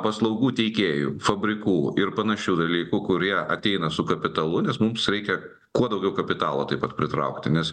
paslaugų teikėjų fabrikų ir panašių dalykų kurie ateina su kapitalu nes mums reikia kuo daugiau kapitalo taip pat pritraukti nes